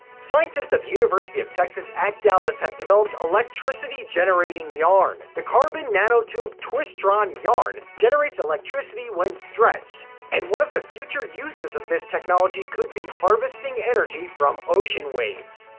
scientists at the university of texas at dallas have developed electricity-generating yarn. the carbon nanotube twistron yarn generates electricity when stretched and one of the future uses of this technology could be harvesting energy from ocean waves.